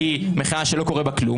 איך טרטרו באמצע הלילה בין תחנות